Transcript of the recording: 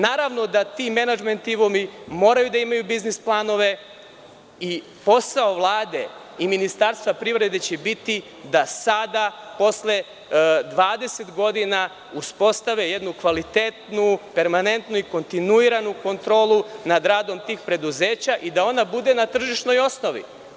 Naravno da ti menadžment timovi moraju da imaju biznis planove i posao Vlade i Ministarstva poljoprivrede će biti da sada posle 20 godina uspostave jednu kvalitetnu, kontinuiranu kontrolu nad radom tih preduzeća i da ona budu na tržišnoj osnovi.